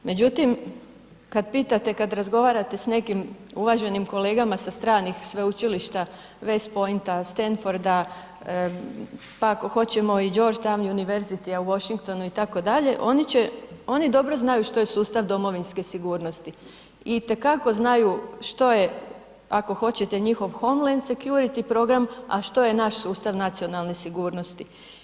Međutim kad pitate, kad razgovarate s nekim uvaženim kolegama sa stranih Sveučilišta West Pointa, Stanforda, pa ako hoćemo i Georgetown University u Washingtonu itd., oni će, oni dobro znaju što je sustav domovinske sigurnosti i te kako znaju što je ako hoćete njihov home line security program, a što je naš sustav nacionalne sigurnosti.